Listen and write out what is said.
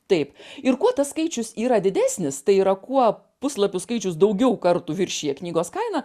taip ir kuo tas skaičius yra didesnis tai yra kuo puslapių skaičius daugiau kartų viršija knygos kainą